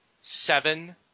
seven